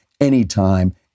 anytime